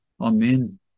Amen